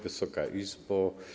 Wysoka Izbo!